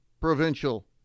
Provincial